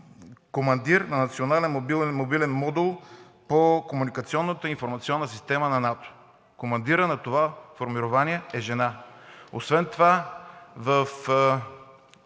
командирът на национален мобилен модул по комуникационната и информационната система на НАТО – командирът на това формирование е жена. Освен това във